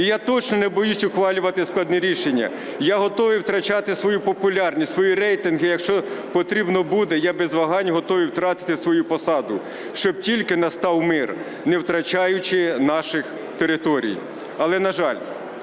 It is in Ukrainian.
і я точно не боюся ухвалювати складні рішення, я готовий втрачати свою популярність, свої рейтинги, якщо потрібно буде, я без вагань готовий втратити свою посаду, щоб тільки настав мир, не втрачаючи наших територій". Але, на жаль,